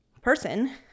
person